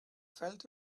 felt